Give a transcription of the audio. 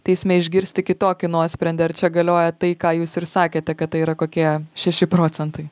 teisme išgirsti kitokį nuosprendį ar čia galioja tai ką jūs ir sakėte kad tai yra kokie šeši procentai